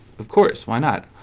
of course? why not?